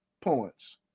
points